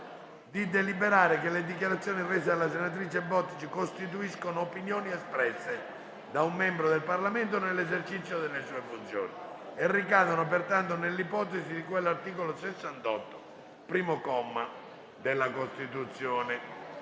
di deliberare che le dichiarazioni rese dalla senatrice Laura Bottici costituiscono opinioni espresse da un membro del Parlamento nell'esercizio delle sue funzioni e ricadono pertanto nell'ipotesi di cui all'articolo 68, primo comma, della Costituzione.